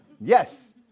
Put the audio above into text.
Yes